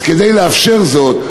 אז כדי לאפשר זאת,